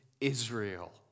Israel